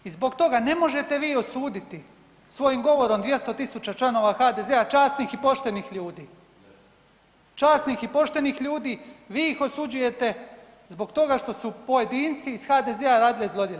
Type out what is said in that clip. I zbog toga ne možete vi osuditi svojim govorom 200 tisuća članova HDZ-a časnih i poštenih ljudi, časnih i poštenih ljudi, vi ih osuđujete zbog toga što su pojedinci iz HDZ-a radili zlodjela.